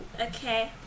Okay